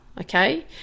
Okay